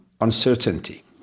uncertainty